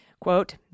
Quote